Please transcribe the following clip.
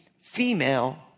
female